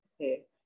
Okay